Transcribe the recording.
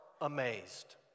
amazed